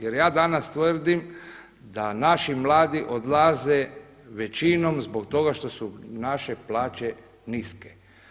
Jer ja danas tvrdim da naši mladi odlaze većinom zbog toga što su naše plaće niske.